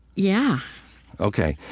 yeah ok.